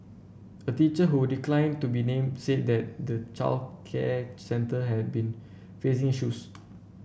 a teacher who declined to be named said that the childcare centre had been facing issues